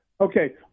okay